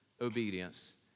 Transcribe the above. obedience